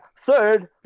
Third